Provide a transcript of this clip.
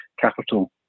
capital